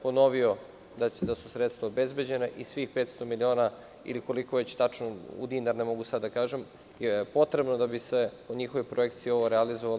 Ponovio je da su sredstva obezbeđena, svih 500 miliona ili koliko već tačno u dinar, ne mogu sada da kažem, je potrebno da bi se po njihovoj projekciji ovo realizovalo.